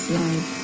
life